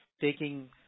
taking